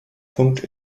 punkt